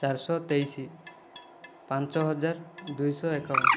ଚାରିଶହ ତେଇଶ ପାଞ୍ଚ ହଜାର ଦୁଇଶହ ଏକାବନ